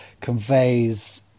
conveys